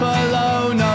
alone